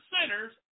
sinners